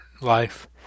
life